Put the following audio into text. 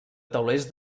taulers